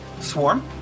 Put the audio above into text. swarm